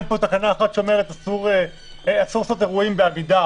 אין כאן תקנה אחת שאומרת שאסור לעשות אירועים בעמידה